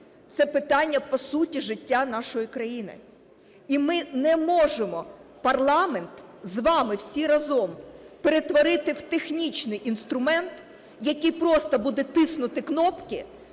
це питання, по суті, життя нашої країни. І ми не можемо парламент з вами всі разом перетворити в технічний інструмент, який просто буде тиснути кнопки,